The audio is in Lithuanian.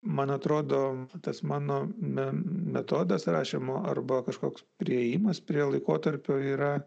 man atrodo tas mano me metodas rašymo arba kažkoks priėjimas prie laikotarpio yra